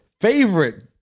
favorite